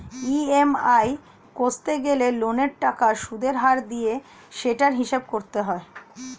EMI কষতে গেলে লোনের টাকার সুদের হার দিয়ে সেটার হিসাব করতে হয়